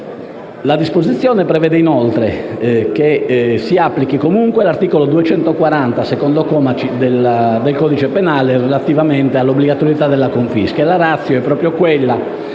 La disposizione prevede, inoltre, che si applichi comunque l'articolo 240, comma 2, del codice penale relativamente all'obbligatorietà della confisca.